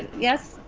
yes.